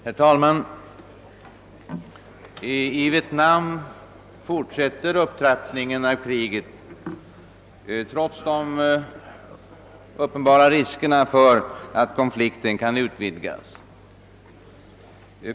Herr talman! I Vietnam fortsätter upptrappningen av kriget trots de uppenbara riskerna för att konflikten kan utvidgas.